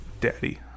daddy